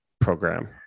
program